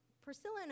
Priscilla